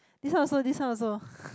this one also this one also